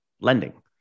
lending